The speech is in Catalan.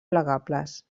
plegables